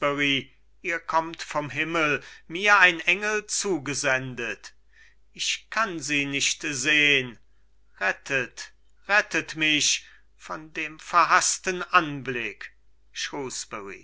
ihr kommt vom himmel mir ein engel zugesendet ich kann sie nicht sehn rettet rettet mich von dem verhaßten anblick